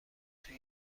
توی